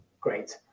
Great